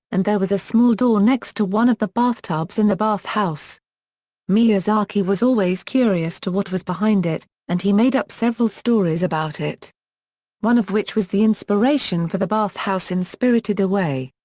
and there was a small door next to one of the bathtubs in the bathhouse. miyazaki was always curious to what was behind it, and he made up several stories about it one of which was the inspiration for the bathhouse in spirited away.